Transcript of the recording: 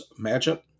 matchup